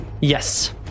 Yes